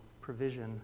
provision